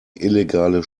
illegale